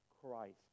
Christ